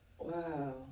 wow